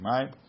Right